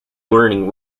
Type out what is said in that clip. learning